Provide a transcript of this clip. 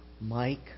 Mike